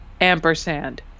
ampersand